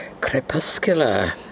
crepuscular